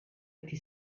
été